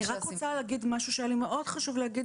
אני רק רוצה להגיד משהו שהיה לי מאוד חשוב להגיד